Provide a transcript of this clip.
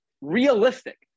realistic